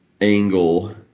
angle